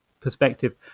perspective